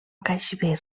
caixmir